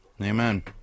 Amen